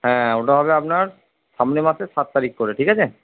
হ্যাঁ ওটা হবে আপনার সামনের মাসের সাত তারিখ করে ঠিক আছে